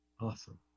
Awesome